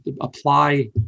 apply